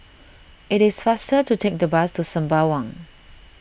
it is faster to take the bus to Sembawang